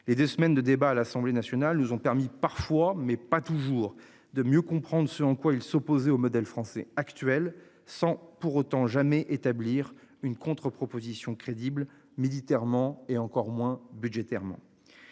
les deux semaines de débats à l'Assemblée Nationale nous ont permis parfois, mais pas toujours de mieux comprendre ce en quoi il s'opposer au modèle français actuel sans pour autant jamais établir une contre-proposition crédible militairement et encore moins budgétairement.